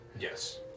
Yes